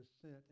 sent